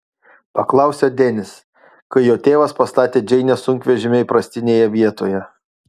paklausė denis kai jo tėvas pastatė džeinės sunkvežimį įprastinėje vietoje